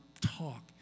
talk